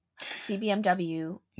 CBMW